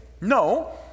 no